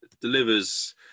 delivers